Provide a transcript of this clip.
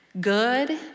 Good